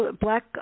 black